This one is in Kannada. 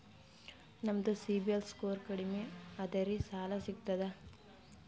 ನಮ್ದು ಸಿಬಿಲ್ ಸ್ಕೋರ್ ಕಡಿಮಿ ಅದರಿ ಸಾಲಾ ಸಿಗ್ತದ?